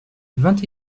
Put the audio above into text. vingt